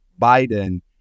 Biden